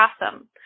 awesome